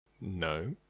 No